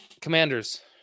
Commanders